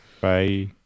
Bye